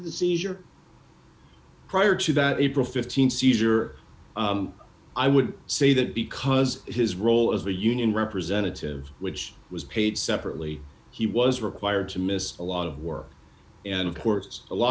the seizure prior to that april th seizure i would say that because his role as a union representative which was paid separately he was required to miss a lot of work and of course a lot